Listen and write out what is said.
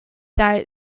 diet